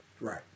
Right